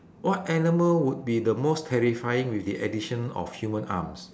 what animal would be the most terrifying with the addition of human arms